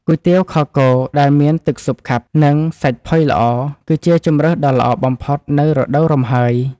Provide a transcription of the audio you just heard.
គុយទាវខគោដែលមានទឹកស៊ុបខាប់ និងសាច់ផុយល្អ គឺជាជម្រើសដ៏ល្អបំផុតនៅរដូវរំហើយ។